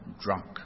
Drunk